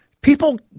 people